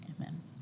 Amen